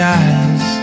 eyes